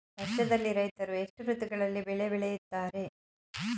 ವರ್ಷದಲ್ಲಿ ರೈತರು ಎಷ್ಟು ಋತುಗಳಲ್ಲಿ ಬೆಳೆ ಬೆಳೆಯುತ್ತಾರೆ?